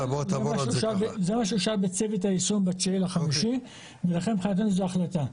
זה מה שאושר בצוות היישום ב-9.5 ואכן זו ההחלטה.